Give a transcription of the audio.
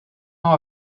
half